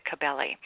Cabelli